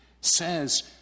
says